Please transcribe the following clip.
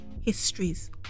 histories